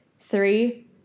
Three